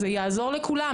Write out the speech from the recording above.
זה יעזור לכולם.